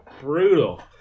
Brutal